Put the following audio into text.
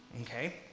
Okay